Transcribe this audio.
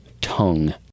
tongue